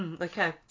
okay